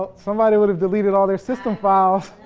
but somebody would have deleted all their system files.